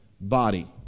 body